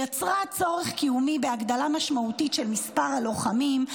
"יצרה צורך קיומי בהגדלה משמעותית של מספר הלוחמים,